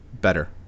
better